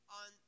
on